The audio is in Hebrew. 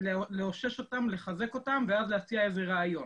לאושש אותם, לחזק אותם ואז להציע איזה רעיון.